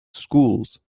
schools